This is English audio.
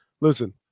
Listen